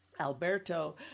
Alberto